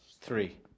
Three